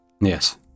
Yes